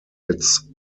its